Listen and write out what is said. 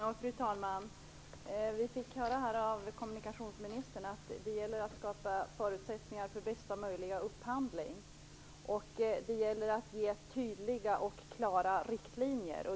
Fru talman! Vi fick höra här av kommunikationsministern att det gäller att skapa förutsättningar för bästa möjliga upphandling och att det gäller att ge tydliga och klara riktlinjer.